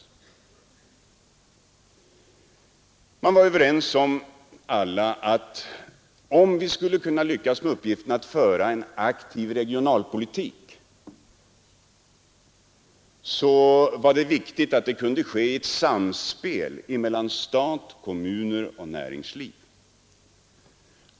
Alla var överens om att skulle vi kunna lyckas med uppgiften att föra en aktiv regionalpolitik var det viktigt att det kunde ske ett samspel 47 Nr 50 mellan stat, kommuner och näringsliv.